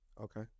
Okay